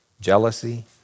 jealousy